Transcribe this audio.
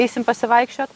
eisim pasivaikščiot